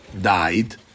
died